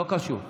לא קשור.